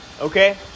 Okay